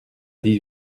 dix